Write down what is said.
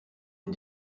une